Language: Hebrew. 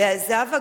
לזהבה גלאון,